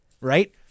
right